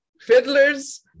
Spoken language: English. Fiddlers